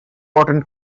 common